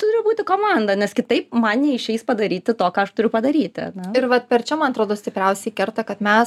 turi būti komanda nes kitaip man neišeis padaryti to ką aš turiu padaryti ir vat per čia man atrodo stipriausiai kerta kad mes